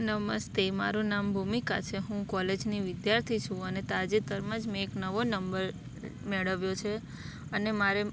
નમસ્તે મારું નામ ભૂમિકા છે હું કોલેજની વિદ્યાર્થી છું અને તાજેતરમાં જ મેં એક નવો નંબર મેળવ્યો છે અને મારે